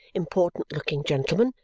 important-looking gentleman,